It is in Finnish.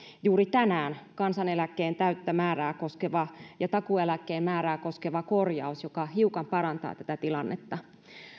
juuri tänään kansaneläkkeen täyttä määrää koskeva ja takuueläkkeen määrää koskeva korjaus joka hiukan parantaa tätä tilannetta